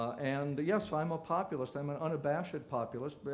and yes, i'm a populist, i am an unabashed populist,